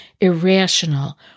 irrational